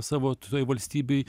savo toj valstybėj